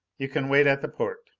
you can wait at the port.